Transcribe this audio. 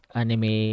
anime